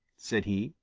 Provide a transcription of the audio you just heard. said he.